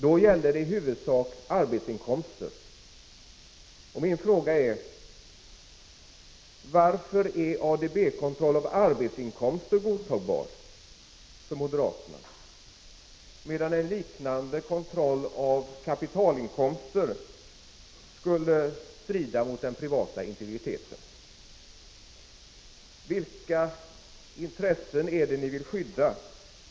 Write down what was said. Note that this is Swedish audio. Det gällde då i huvudsak arbetsinkomster. Min fråga är: Varför är ADB-kontroll av arbetsinkomster godtagbar för moderaterna, medan en liknande kontroll av kapitalinkomster skulle strida mot den privata integriteten? Vilka intressen är det som ni vill skydda?